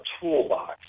toolbox